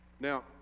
Now